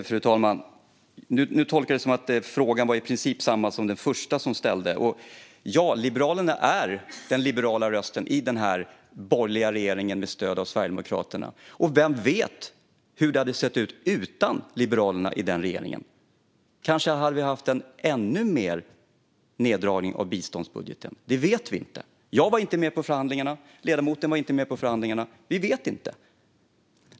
Fru talman! Jag tolkar det som att denna fråga var i princip densamma som den första som ställdes. Ja, Liberalerna är den liberala rösten i denna borgerliga regering med stöd av Sverigedemokraterna. Och vem vet hur det hade sett ut utan Liberalerna i denna regering. Vi hade kanske fått en ännu större neddragning av biståndsbudgeten. Det vet vi inte. Jag var inte med vid förhandlingarna, och ledamoten var inte med vid förhandlingarna så vi vet inte.